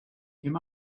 him